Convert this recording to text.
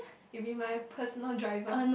you be my personal driver